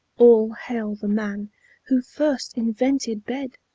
all hail the man who first invented bed!